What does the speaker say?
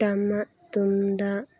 ᱴᱟᱢᱟᱠ ᱛᱩᱢᱫᱟᱜ